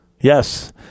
Yes